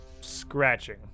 scratching